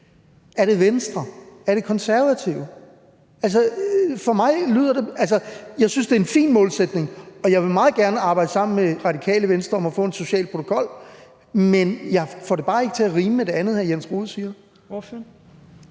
Er det Venstre? Er det Konservative? Altså, jeg synes, det er en fin målsætning, og jeg vil meget gerne arbejde sammen med Radikale Venstre om at få en social protokol. Men jeg får det bare ikke til at rime med det andet, hr. Jens Rohde siger. Kl.